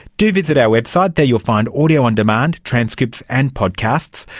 do visit our website, there you will find audio on demand, transcripts and podcasts.